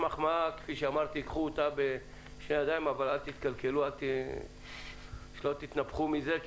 קחו את המחמאה אבל אל תתנפחו ממנה כי